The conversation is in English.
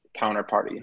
counterparty